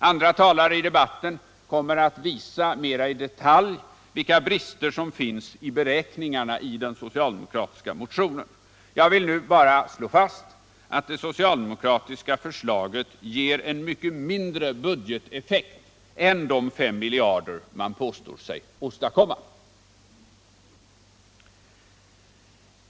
Andra talare i debatten kommer att mer i detalj visa vilka brister som finns i beräkningarna i den socialdemokratiska motionen. Jag vill nu bara slå fast att det socialdemokratiska förslaget ger en mycket mindre budgeteffekt än de 5 miljarder kronor som man påstår sig åstadkomma.